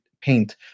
paint